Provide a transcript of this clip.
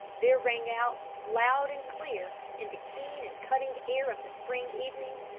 there rang out, loud and clear, in the keen and cutting air of the spring evening,